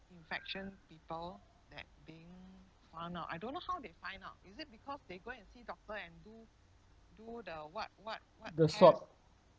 the swab